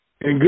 good